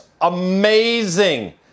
amazing